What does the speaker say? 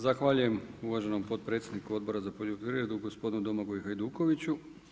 Zahvaljujem uvaženom potpredsjedniku Odbora za poljoprivredu gospodinu Domagoju Hajdukoviću.